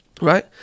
Right